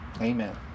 Amen